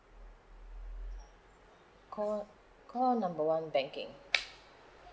call call number one banking